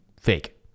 fake